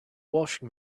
washing